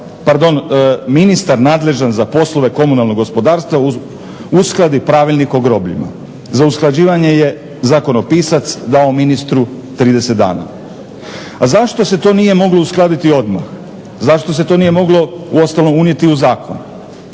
pardon ministar nadležan za poslove komunalnog gospodarstva uskladi Pravilnik o grobljima. Za usklađivanje je zakonopisac dao ministru 30 dana. A zašto se to nije moglo uskladiti odmah? Zašto se to nije moglo uostalom unijeti u zakon?